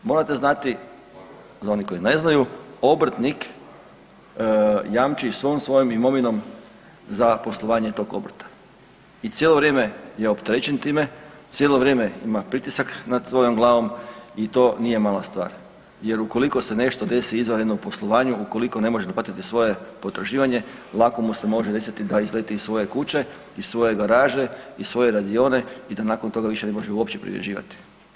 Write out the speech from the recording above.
Morate znati, za one koji ne znaju, obrtnik jamči svom svojom imovinom za poslovanje tog obrta i cijelo vrijeme je opterećen time, cijelo vrijeme ima pritisak nad svojom glavom i to nije mala stvar jer ukoliko se nešto desi izvanrednom poslovanju, ukoliko ne može naplatiti svoje potraživanje lako mu se može desiti da izleti iz svoje kuće, iz svoje garaže, iz svoje radione i da nakon toga više ne može uopće privređivati.